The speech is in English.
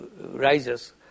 rises